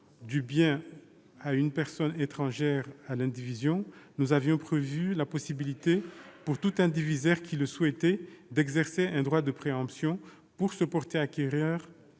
du bien à une personne étrangère à l'indivision, nous avions prévu la possibilité, pour tout indivisaire qui le souhaiterait, d'exercer un droit de préemption pour se porter acquéreur